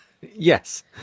Yes